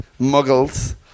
Muggles